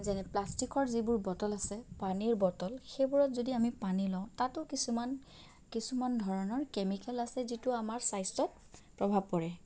যেনে প্লাষ্টিকৰ যিবোৰ বটল আছে পানীৰ বটল সেইবোৰত যদি আমি পানী লওঁ তাতো কিছুমান কিছুমান ধৰণৰ কেমিকেল আছে যিটো আমাৰ স্বাস্থ্যত প্ৰভাৱ পৰে